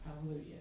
Hallelujah